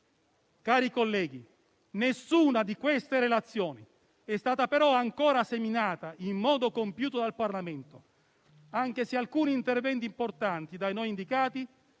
Cari colleghi, nessuna di queste relazioni è stata però ancora esaminata in modo compiuto dal Parlamento, anche se alcuni interventi importanti da noi indicati